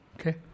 Okay